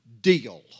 deal